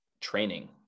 training